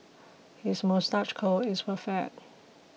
his moustache curl is perfect